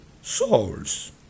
souls